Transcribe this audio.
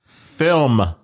film